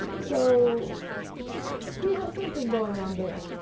so he has something going on there.